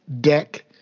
deck